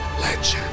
Legend